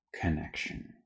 connection